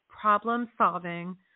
problem-solving